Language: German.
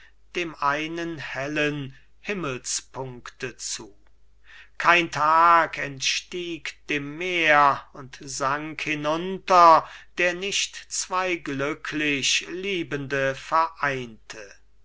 dem einen hellen himmelspunkte zu kein tag entstieg dem meer und sank hinunter der nicht zwei glücklich liebende vereinte